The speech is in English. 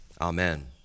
Amen